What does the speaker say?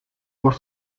was